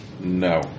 No